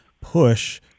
Push